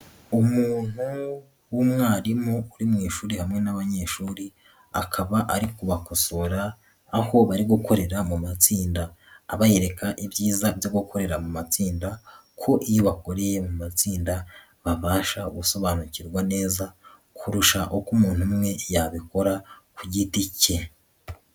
Umuntu w'umwarimu uri mu ishuri hamwe n'abanyeshuri akaba ari kubakosora aho bari gukorera mu matsinda, abereka ibyiza byo gukorera mu matsinda ko iyo bakoreye mu matsinda babasha gusobanukirwa neza kurusha uko umuntu umwe yabikora ku giti cye.